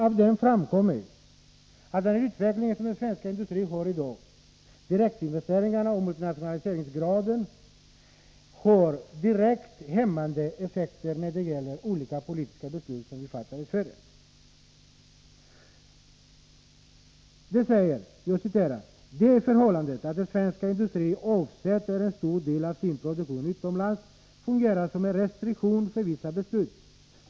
Av betänkandet framgår att direktinvesteringarna och multinationaliseringsgraden i den svenska industrin har direkt hämmande effekter när det gäller olika politiska beslut som vi fattar i Sverige. Man säger: ”Det förhållandet att den svenska industrin avsätter en stor del av sin produktion utomlands fungerar som en restriktion för vissa beslut.